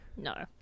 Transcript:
No